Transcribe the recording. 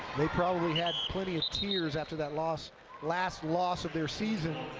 they probably had plenty of tears after that loss last loss of their season.